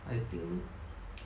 I think